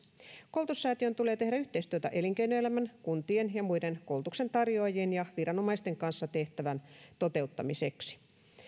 koulutussäätiön tulee tehdä yhteistyötä elinkeinoelämän kuntien ja muiden koulutuksentarjoajien ja viranomaisten kanssa tehtävän toteuttamiseksi